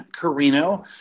carino